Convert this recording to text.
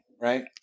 Right